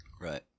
right